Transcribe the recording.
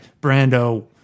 Brando